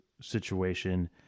situation